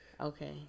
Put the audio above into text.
Okay